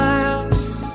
Miles